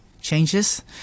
changes